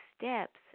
steps